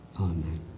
Amen